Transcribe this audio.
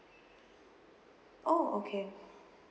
orh okay